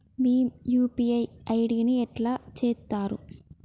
Bhim UPI ID ని ఎట్లా చేత్తరు?